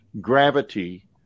gravity